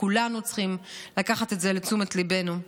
כולנו צריכים לקחת את זה לתשומת ליבנו.